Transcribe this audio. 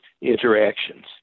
interactions